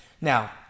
Now